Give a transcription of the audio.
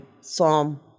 psalm